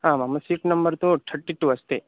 आमां seat number तु thirty two अस्ति